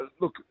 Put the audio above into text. look